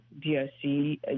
DRC